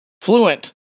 fluent